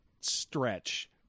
stretch